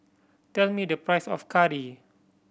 tell me the price of curry